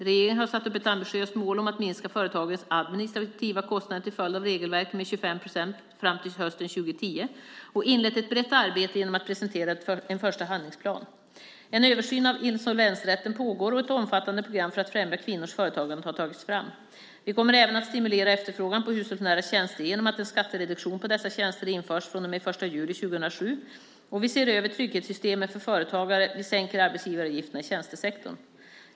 Regeringen har satt upp ett ambitiöst mål om att minska företagens administrativa kostnader till följd av regelverken med 25 procent fram till hösten 2010 och inlett ett brett arbete genom att presentera en första handlingsplan. En översyn av insolvensrätten pågår, och ett omfattande program för att främja kvinnors företagande har tagits fram. Vi kommer även att stimulera efterfrågan på hushållsnära tjänster genom att en skattereduktion på dessa tjänster införs från och med den 1 juli 2007. Vi ser över trygghetssystemen för företagare, och vi sänker arbetsgivaravgifterna i tjänstesektorn.